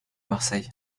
marseille